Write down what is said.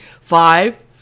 Five